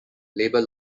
labor